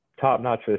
top-notch